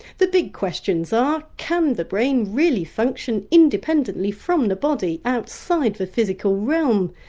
the big questions are can the brain really function independently from the body outside the physical realm,